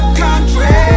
country